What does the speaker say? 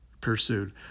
pursued